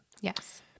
Yes